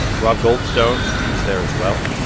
rob goldstone is there as well.